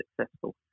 successful